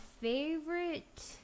favorite